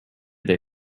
they